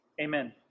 amen